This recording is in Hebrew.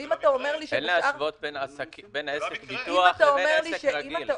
אין להשוות בין עסק ביטוח לבין עסק רגיל.